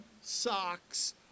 socks